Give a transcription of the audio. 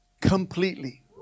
completely